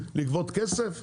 לגבות כסף,